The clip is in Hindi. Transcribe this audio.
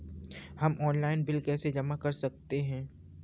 हम ऑनलाइन बिल कैसे जमा कर सकते हैं?